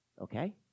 Okay